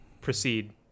proceed